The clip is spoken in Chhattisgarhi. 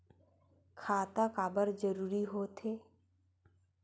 खाता काबर जरूरी हो थे?